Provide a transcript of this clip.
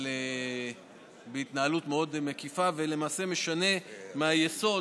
בהתנהלות מאוד מקיפה, ולמעשה משנה מהיסוד